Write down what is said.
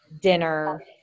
dinner